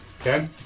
Okay